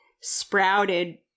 sprouted